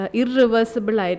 irreversible